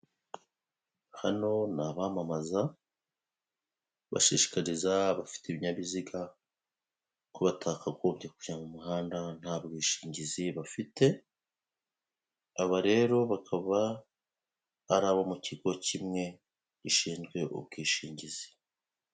Hano ni abamamaza bashishikariza abafite ibinyabiziga ko batakagombye kujya mu muhanda nta bwishingizi bafite, aba rero bakaba ari abo mu kigo kimwe gishinzwe ubwishingizi.